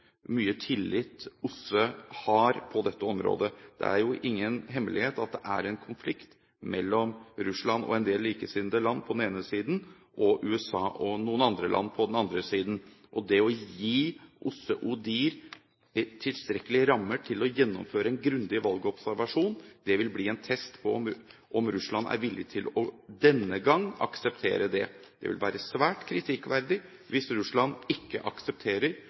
mye tillit OSSE har på dette området. Det er jo ingen hemmelighet at det er en konflikt mellom Russland og en del likesinnede land på den ene siden og USA og noen andre land på den andre siden. Det å gi OSSE og ODIHR tilstrekkelige rammer til å gjennomføre en grundig valgobservasjon vil bli en test på om Russland er villig til denne gang å akseptere det. Det vil være svært kritikkverdig hvis Russland ikke aksepterer